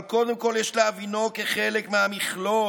אבל קודם כול יש להבינו כחלק מהמכלול,